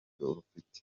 rufite